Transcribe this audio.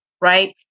right